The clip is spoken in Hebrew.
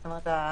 זאת אומרת,